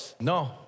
No